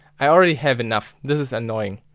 i already have enough. this is annoying.